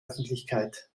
öffentlichkeit